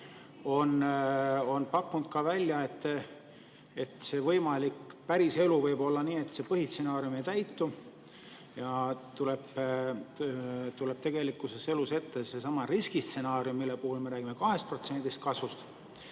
pakkunud, et võimalik päriselu võib olla nii, et see põhistsenaarium ei täitu ja tegelikkuses käivitub seesama riskistsenaarium, mille puhul me räägime 2% kasvust.